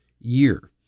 year